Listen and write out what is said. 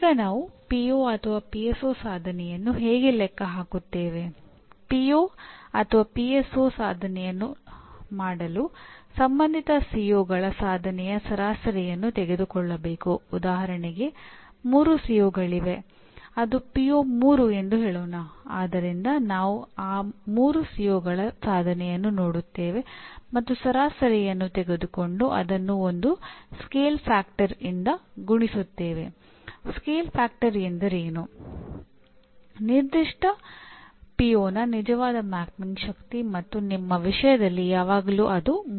ಈಗ ನಾವು ಪಿಒ ನಿಜವಾದ ಮ್ಯಾಪಿಂಗ್ ಶಕ್ತಿ ಮತ್ತು ನಮ್ಮ ವಿಷಯದಲ್ಲಿ ಯಾವಾಗಲೂ ಅದು 3 ಆಗಿದೆ